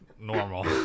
normal